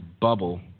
bubble